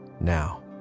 now